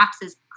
boxes